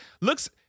looks